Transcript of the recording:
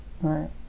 Right